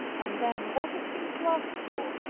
and then what a thing to ask for!